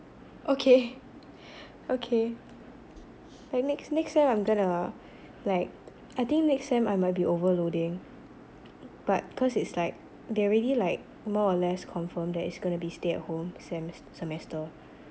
okay okay I next next sem I'm gonna like I think next sem I might be overloading but cause it's like they already like more or less confirm that it's gonna be stay at home sem~ semester